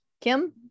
kim